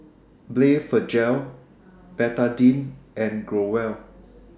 Blephagel Betadine and Growell